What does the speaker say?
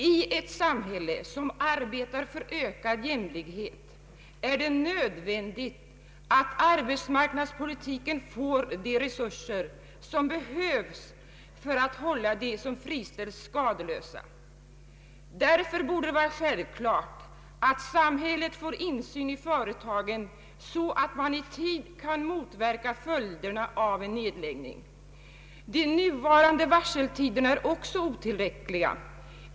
I ett samhälle, som arbetar för ökad jämlikhet, är det nödvändigt att arbetsmarknadspolitiken får de resurser som behövs för att hålla dem som friställs skadeslösa. Därför borde det vara självklart att samhället får insyn i företagen så att man i tid kan motverka följderna av en nedläggning. De nuvarande varseltiderna är också otillräckliga.